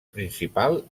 principal